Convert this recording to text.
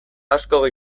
asko